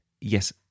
yes